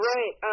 Right